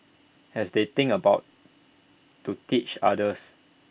as they think about to teach others